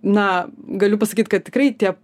na galiu pasakyt kad tikrai tie